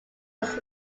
was